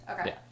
Okay